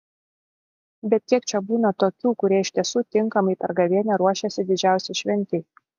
bet kiek čia būna tokių kurie iš tiesų tinkamai per gavėnią ruošėsi didžiausiai šventei